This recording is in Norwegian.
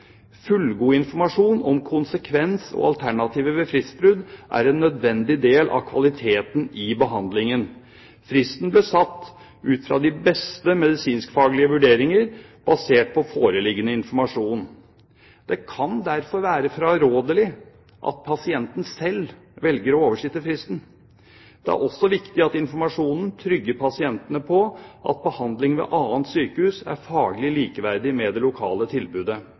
Fullgod informasjon om konsekvens og alternativer ved fristbrudd er en nødvendig del av kvaliteten i behandlingen. Fristen ble satt ut fra de beste medisinsk-faglige vurderinger, basert på foreliggende informasjon. Det kan derfor være å fraråde at pasienten selv velger å oversitte fristen. Det er også viktig at informasjonen gjør pasientene trygge på at behandlingen ved annet sykehus er faglig likeverdig med det lokale tilbudet.